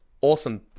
awesome